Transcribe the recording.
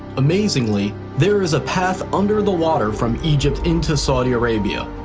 amazingly, there is a path under the water from egypt into saudi arabia.